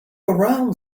around